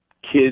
kids